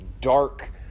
dark